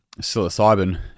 psilocybin